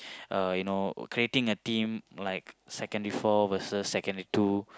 uh you know creating a team like secondary four vs secondary two